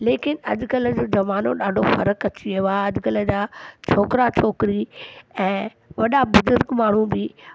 लेकिन अॼकल्ह जो ज़मानो ॾाढो फरक अची वियो आहे अॾकल्ह जा छोकिरा छोकिरी ऐं वॾा ॿुजूर्ग माण्हू बि